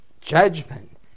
judgment